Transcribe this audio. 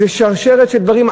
זו שרשרת של דברים,